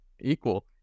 equal